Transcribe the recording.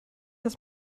ist